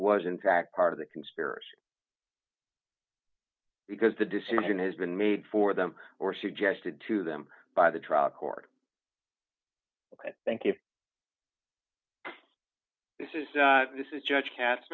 was in fact part of the conspiracy because the decision has been made for them or suggested to them by the trial court thank you this is this is judge cat